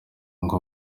ngo